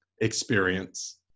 experience